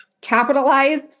capitalize